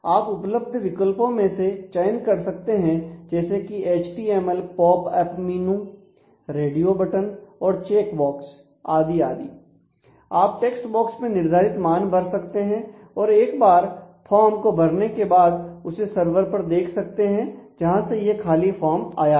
आप उपलब्ध विकल्पों में से चयन कर सकते हैं जैसे कि एचटीएमएल पॉपअप मेनू आदि आदि आप टेक्स्ट बॉक्स में निर्धारित मान भर सकते हैं और एक बार फॉर्म को भरने के बाद उसे सर्वर पर देख सकते हैं जहां से यह खाली फॉर्म आया था